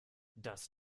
das